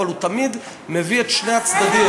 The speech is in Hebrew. אבל הוא תמיד מביא את שני הצדדים.